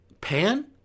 Pan